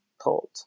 pulled